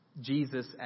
Jesus